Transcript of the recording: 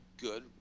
good